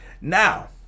Now